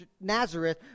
Nazareth